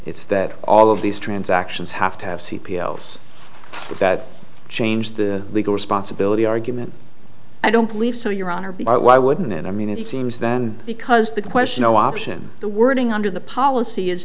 it's that all of these transactions have to have c p o that change the legal responsibility argument i don't believe so your honor but why wouldn't it i mean it seems then because the question no option the wording under the policy is